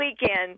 weekend